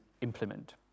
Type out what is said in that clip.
implement